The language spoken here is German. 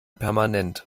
permanent